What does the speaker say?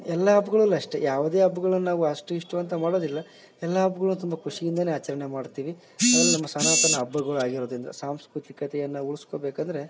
ಎಲ್ಲ ಹಬ್ಗಳಲ್ಲಿ ಅಷ್ಟೇ ಯಾವುದೇ ಹಬ್ಗಳನ್ನ ನಾವು ಅಷ್ಟು ಇಷ್ಟು ಅಂತ ಮಾಡೋದಿಲ್ಲ ಎಲ್ಲ ಹಬ್ಗಳು ತುಂಬ ಖುಷಿಯಿಂದಾನೆ ಆಚರಣೆ ಮಾಡ್ತೀವಿ ಅದು ನಮ್ಮ ಸನಾತನ ಹಬ್ಬಗಳು ಆಗಿರೋದರಿಂದ ಸಾಂಸ್ಕೃತಿಕತೆಯನ್ನು ಉಳಿಸ್ಕೊಬೇಕಂದ್ರೆ